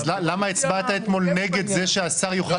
אז למה הצבעת אתמול נגד זה שהשר יוכל